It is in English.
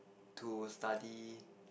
to study